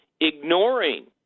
ignoring